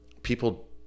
people